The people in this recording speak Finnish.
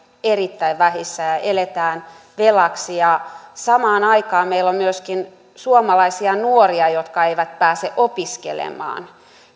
erittäin vähissä ja eletään velaksi ja samaan aikaan meillä on myöskin suomalaisia nuoria jotka eivät pääse opiskelemaan